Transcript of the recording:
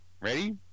Ready